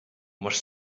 masz